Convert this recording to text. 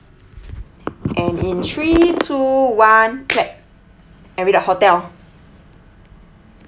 and in three two one clap and read the hotel